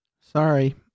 Sorry